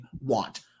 want